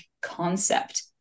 concept